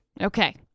Okay